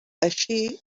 així